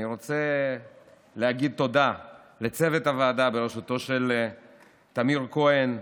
אני רוצה להגיד תודה לצוות הוועדה בראשותו של טמיר כהן,